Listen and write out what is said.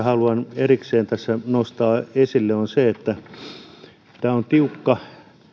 haluan erikseen nostaa esille sen että tämä on tiukka